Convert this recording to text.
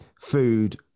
food